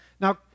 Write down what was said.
Now